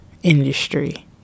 Industry